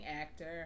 actor